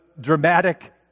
dramatic